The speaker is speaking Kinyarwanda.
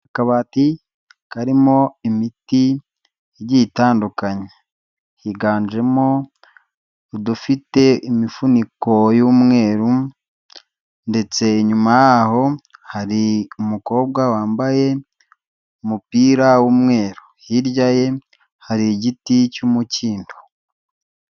Akabati karimo imiti igiye itandukanyekanye, higanjemo udufite imifuniko y'umweru ndetse inyuma yaho hari umukobwa wambaye umupira w'umweru, hirya ye hari igiti cy'umukindo.